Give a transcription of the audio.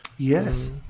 Yes